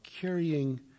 carrying